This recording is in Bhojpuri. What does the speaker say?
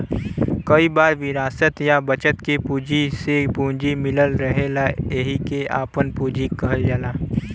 कई बार विरासत या बचत के वजह से पूंजी मिलल रहेला एहिके आपन पूंजी कहल जाला